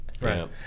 right